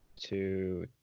two